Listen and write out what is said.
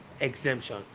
exemption